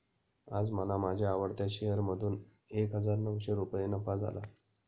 आज मला माझ्या आवडत्या शेअर मधून एक हजार नऊशे रुपये नफा झाला